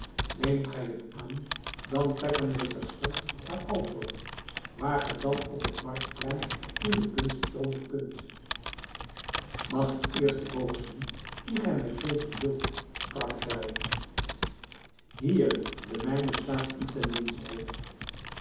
neemt gij het aan dan trekken we terstond naar altorf waar ge dan op het marktplein uwe kunst toonen kunt mag ik eerst den boog zien dien gij mij geven zult sprak tell hier de mijne staat u ten dienste